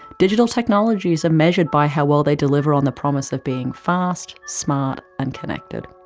digital technologies are measured by how well they deliver on the promises of being fast, smart and connected.